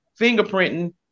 fingerprinting